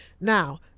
now